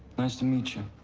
nice to meet you.